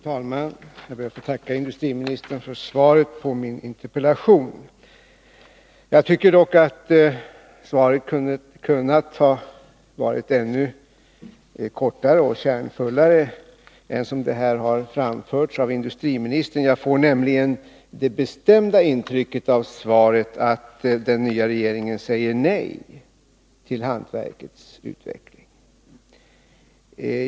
Fru talman! Jag ber att få tacka industriministern för svaret på min interpellation. Jag tycker dock att svaret hade kunnat vara kortare och kärnfullare än som det här har framförts av industriministern. Jag får nämligen det bestämda intrycket av svaret att den nya regeringen säger nej till hantverkets utveckling.